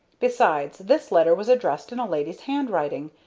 besides, this letter was addressed in a lady's handwriting,